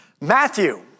Matthew